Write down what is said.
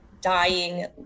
dying